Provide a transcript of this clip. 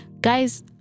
guys